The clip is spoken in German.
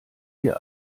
wir